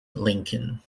lincoln